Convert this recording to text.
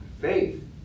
Faith